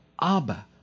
Abba